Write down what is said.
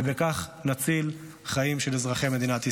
ובכך נציל חיים של אזרחי מדינת ישראל.